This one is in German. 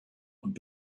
und